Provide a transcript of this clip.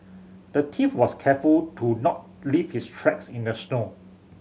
the thief was careful to not leave his tracks in the snow